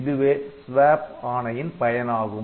இதுவே SWAP ஆணையின் பயனாகும்